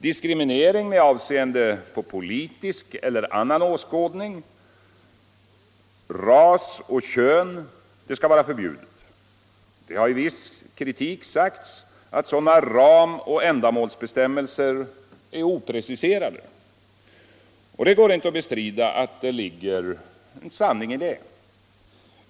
Diskriminering med avseende på politisk eller annan åskådning, ras och kön skall vara förbjuden. Det har i viss kritik sagts att sådana ramoch ändamålsbestämmelser är opre ciserade. Det skall inte bestridas att det ligger sanning i det.